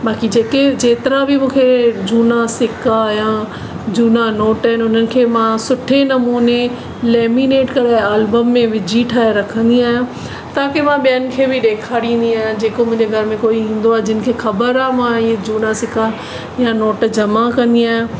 बाकी जेके जेतिरा बि मूंखे झूना सिका या झूना नोट आहिनि हुननि खे मां सुठे नमूने लैमिनेट करे आलबम में ठाहे रखंदी आहियां ताक़ी मां ॿियनि खे बि ॾेखारींदी आहियां जेको मुंहिंजे घर में कोई ईंदो आहे जिन खे ख़बर आहे मां ईअं झूना सिका या नोट जमा कंदी आहियां